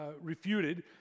refuted